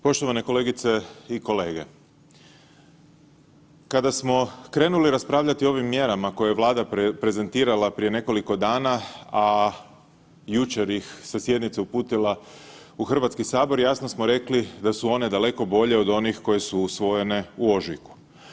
Poštovane kolegice i kolege, kada smo krenuli raspravljati o ovim mjerama koje je Vlada prezentirala prije nekoliko dana, a jučer ih sa sjednice uputila u Hrvatski sabor jasno smo rekli da su one daleko bolje od onih koje su usvojene u ožujku.